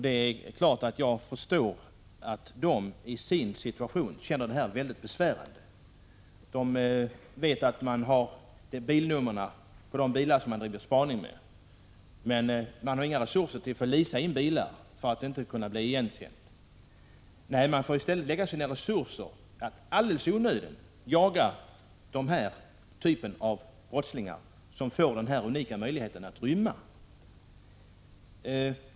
Det är klart att jag förstår att man upplever situationen som väldigt besvärande. Man vet att bilnumren på de bilar som man bedriver spaning med är kända. Men man har inte resurser, så att man kan —som det heter leasa bilar för att inte bli igenkänd. Nej, i stället får man alldeles i onödan använda sina resurser till att jaga denna typ av brottslingar, som får en så unik möjlighet att rymma.